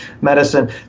medicine